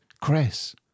Chris